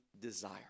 desire